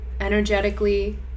energetically